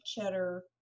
cheddar